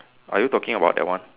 are you talking about that one